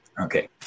Okay